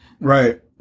Right